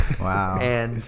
Wow